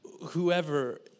whoever